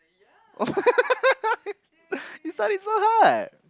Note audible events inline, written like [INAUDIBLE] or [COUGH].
[LAUGHS] you studied so hard